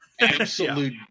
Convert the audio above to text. Absolute